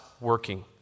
working